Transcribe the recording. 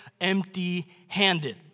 empty-handed